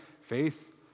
faith